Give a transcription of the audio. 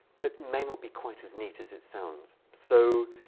but may not be quite as neat as it sounds. so